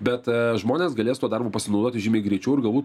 bet žmonės galės tuo darbu pasinaudoti žymiai greičiau ir galbūt